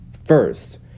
first